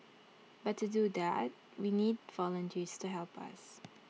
but to do that we need volunteers to help us